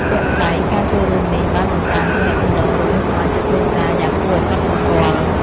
ជាក់ស្តែង ការចូលរួមនេះបាន បង្កើនទំនាក់ទំនង រវាងសមាជិកគ្រួសារយ៉ាងគួរឱ្យកត់សម្គាល់។